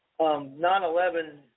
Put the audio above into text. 9-11